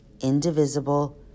indivisible